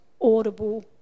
audible